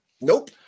Nope